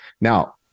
Now